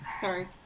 Sorry